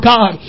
God